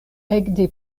ekde